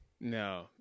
No